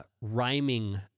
rhyming